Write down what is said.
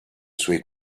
suoi